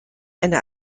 eine